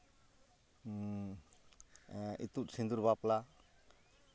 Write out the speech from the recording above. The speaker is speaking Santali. ᱤᱛᱩᱫ ᱥᱤᱸᱫᱩᱨ ᱵᱟᱯᱞᱟ